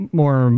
more